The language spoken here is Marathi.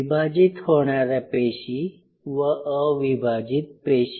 विभाजित होणाऱ्या पेशी व अविभाजित पेशी